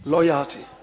Loyalty